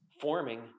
forming